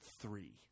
three